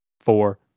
four